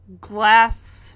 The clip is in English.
glass